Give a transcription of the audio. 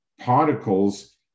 particles